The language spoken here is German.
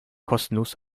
kostenlos